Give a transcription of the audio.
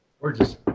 Gorgeous